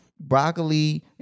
broccoli